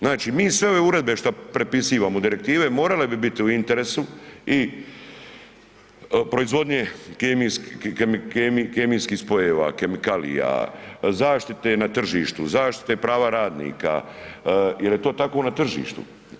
Znači, mi sve ove uredbe šta prepisivamo, direktive morale bi biti u interesu i proizvodnje kemijskih spojeva, kemikalija, zaštite na tržištu, zaštite prava radnika jer je to tako na tržištu.